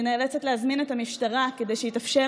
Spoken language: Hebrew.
אני נאלצת להזמין את המשטרה כדי שיתאפשר